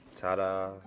Ta-da